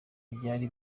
byari